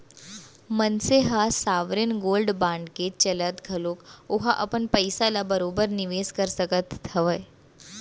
मनसे ह sovereign gold bond के चलत घलोक ओहा अपन पइसा ल बरोबर निवेस कर सकत हावय